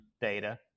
data